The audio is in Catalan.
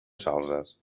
salzes